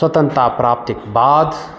स्वतन्त्रता प्राप्तिक बाद